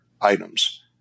items